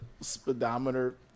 speedometer